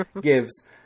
gives